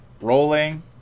rolling